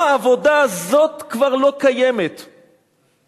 אתה עושה